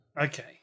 Okay